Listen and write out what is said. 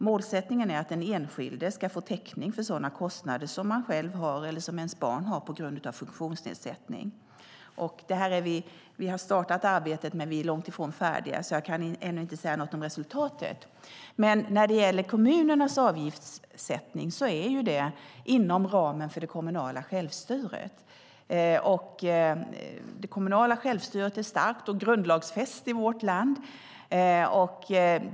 Målsättningen är att den enskilde ska få teckning för sådana kostnader som man själv eller ens barn har på grund av funktionsnedsättning. Vi har startat arbetet men är långt ifrån färdiga, så jag kan ännu inte säga något om resultatet. När det gäller kommunernas avgiftssättning ligger det inom ramen för det kommunala självstyret, och det kommunala självstyret är starkt och grundlagsfäst i vårt land.